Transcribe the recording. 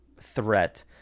threat